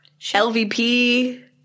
LVP